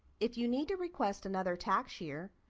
if you need to request another tax year,